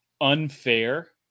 unfair